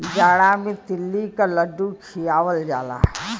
जाड़ा मे तिल्ली क लड्डू खियावल जाला